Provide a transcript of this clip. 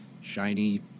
shiny